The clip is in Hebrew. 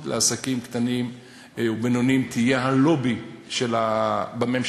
לעסקים קטנים ובינוניים תהיה הלובי בממשלה,